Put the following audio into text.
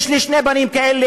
יש לי שני בנים כאלה,